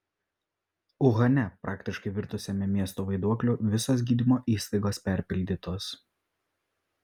uhane praktiškai virtusiame miestu vaiduokliu visos gydymo įstaigos perpildytos